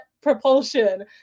propulsion